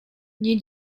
nie